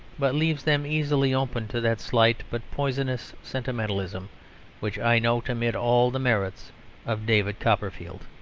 but leaves them easily open to that slight but poisonous sentimentalism which i note amid all the merits of david copperfield.